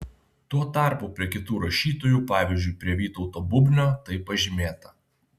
tuo tarpu prie kitų rašytojų pavyzdžiui prie vytauto bubnio tai pažymėta